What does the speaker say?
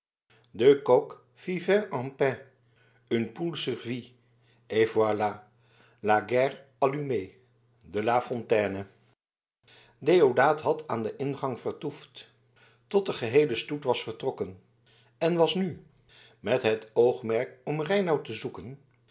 en paix une poule survint et voilà la guerre allumée de la fontaine deodaat had aan den ingang vertoefd tot de geheele stoet was vertrokken en was nu met oogmerk om reinout op te zoeken